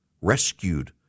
rescued